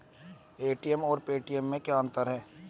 ATM और Paytm में क्या अंतर है?